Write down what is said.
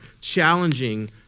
challenging